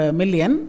million